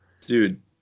Dude